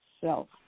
self